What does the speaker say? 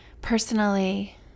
personally